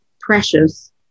precious